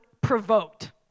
provoked